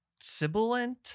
Sibilant